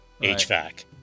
HVAC